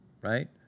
right